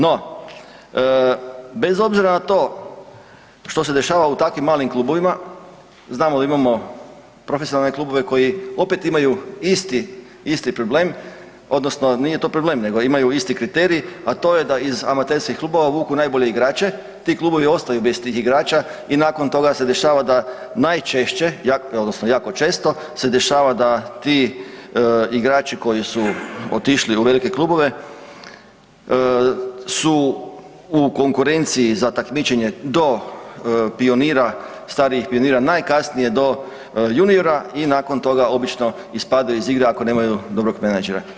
No, bez obzira na to što se dešava u takvim malim klubovima znamo da imamo profesionalne klubove koji opet imaju isti problem odnosno nije to problem nego imaju isti kriterij, a to je da iz amaterskih klubova vuku najbolje igrače, ti klubovi ostaju bez tih igrača i nakon toga se dešava da najčešće odnosno jako često se dešava da ti igrači koji su otišli u velike klubove su u konkurenciji za takmičenje do pionira, starijih pionira najkasnije do juniora i nakon toga obično ispadaju iz igre ako nemaju dobrog menadžera.